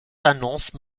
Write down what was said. d’annonces